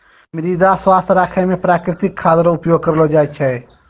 मृदा स्वास्थ्य राखै मे प्रकृतिक खाद रो उपयोग करलो जाय छै